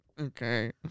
Okay